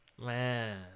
Man